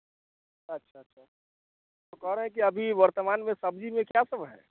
अच्छा अच्छा अच्छा तो कह रहे हैं कि अभी वर्तमान में सब्ज़ी में क्या सब है